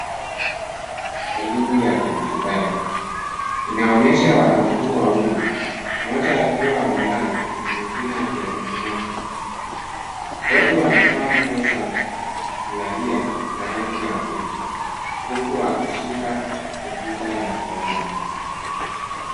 Elimu ya kidijitali, inaonyesha wanafunzi wawili, mmoja akiwa amelala na mwingine akiegemea mto. Wote wamevaa nguo za kulalia za rangi ya pink , huku wakishika kompyuta ya mkononi.